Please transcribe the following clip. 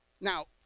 Now